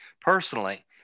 personally